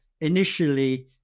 initially